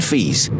fees